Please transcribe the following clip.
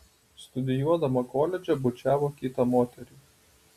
studijuodama koledže bučiavo kitą moterį